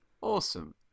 Awesome